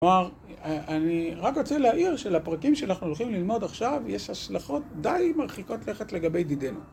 כלומר, אני רק רוצה להעיר של הפרקים שאנחנו הולכים ללמוד עכשיו, יש השלכות די מרחיקות ללכת לגבי דידנו.